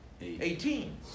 Eighteen